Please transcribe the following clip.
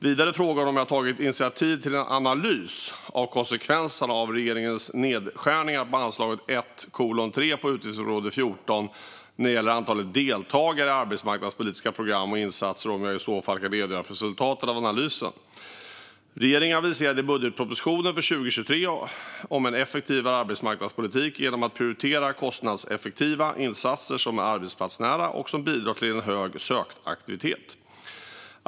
Vidare frågar hon om jag tagit initiativ till en analys av konsekvenserna av regeringens nedskärningar på anslaget 1:3 på utgiftsområde 14 när det gäller antalet deltagare i arbetsmarknadspolitiska program och insatser och om jag i så fall kan redogöra för resultatet av analysen. Regeringen aviserade i budgetpropositionen för 2023 en effektivare arbetsmarknadspolitik genom att prioritera kostnadseffektiva insatser som är arbetsplatsnära och som bidrar till en hög sökaktivitet.